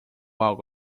algo